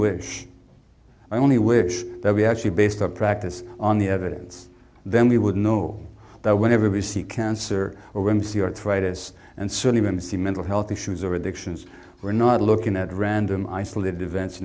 wish i only wish that we actually based our practice on the evidence then we would know that whenever we see cancer or wimsey arthritis and certain even to see mental health issues or addictions we're not looking at random isolated events